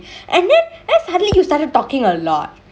and then suddenly you started talkingk alot